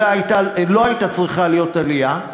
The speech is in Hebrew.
אם לא הייתה צריכה להיות עלייה,